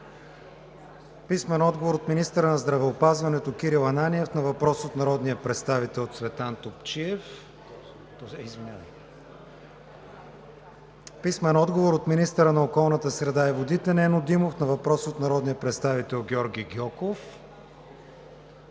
Красимир Янков; - министъра на здравеопазването Кирил Ананиев на въпрос от народния представител Цветан Топчиев; - министъра на околната среда и водите Нено Димов на въпрос от народния представител Георги Гьоков;